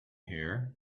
here